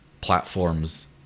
platforms